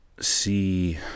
see